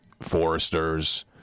foresters